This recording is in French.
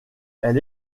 elle